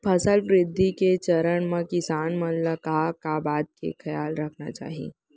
फसल वृद्धि के चरण म किसान मन ला का का बात के खयाल रखना चाही?